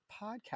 podcast